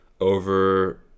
over